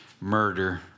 murder